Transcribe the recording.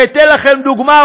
ואתן לכם דוגמה,